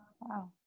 Wow